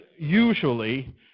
usually